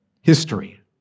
history